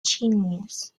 genius